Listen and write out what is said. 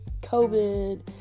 COVID